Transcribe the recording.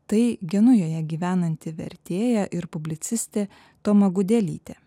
tai genujoje gyvenanti vertėja ir publicistė toma gudelytė